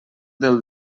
del